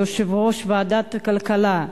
יושב-ראש ועדת הכלכלה,